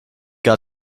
got